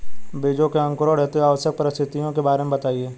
बीजों के अंकुरण हेतु आवश्यक परिस्थितियों के बारे में बताइए